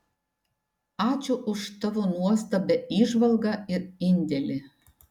ačiū už tavo nuostabią įžvalgą ir indėlį